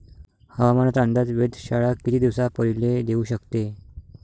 हवामानाचा अंदाज वेधशाळा किती दिवसा पयले देऊ शकते?